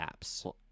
apps